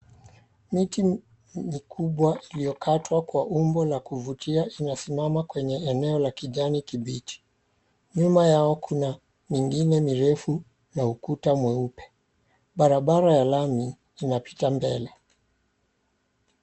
Miti mikubwa iliyokatwa kwa umbo la kuvutia inasimama kwenye eneo la kijani kibichi. Nyuma yao kuna mingine mirefu na ukuta mweupe. Barabara ya lami inapita mbele.